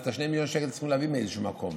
אז את ה-2 מיליון שקל צריכים להביא מאיזשהו מקום.